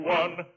one